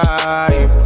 time